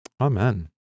Amen